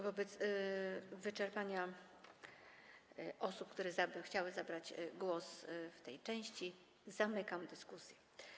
Wobec wyczerpania listy osób, które chciały zabrać głos w tej części, zamykam dyskusję.